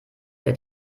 der